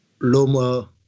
Loma